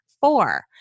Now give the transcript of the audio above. four